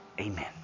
amen